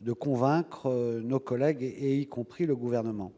de convaincre nos collègues, ainsi que le Gouvernement.